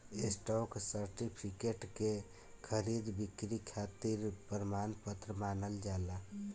stock certificate के खरीद बिक्री खातिर प्रमाण पत्र मानल जाला